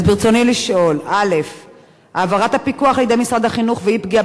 ברצוני לשאול: 1. העברת הפיקוח לידי משרד החינוך ואי-פגיעה